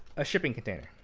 a shipping container.